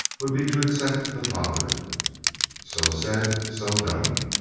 would be to accept the father so said so done,